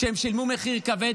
שהם שילמו מחיר כבד,